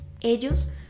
ellos